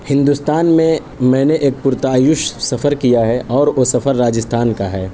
ہندوستان میں میں نے ایک پرتعیش سفر کیا ہے اور وہ سفر راجستھان کا ہے